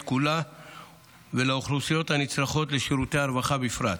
כולה ולאוכלוסיות הנצרכות לשירותי הרווחה בפרט.